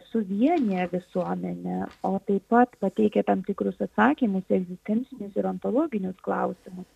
suvienija visuomenę o taip pat pateikia tam tikrus atsakymus egzistencinius ir ontologinius klausimus